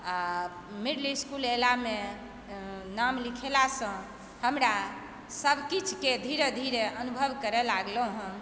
आ middle school एलामे नाम लिखयलासँ हमरा सभकिछुके धीरे धीरे अनुभव करय लागलहुँ हँ